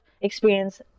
experience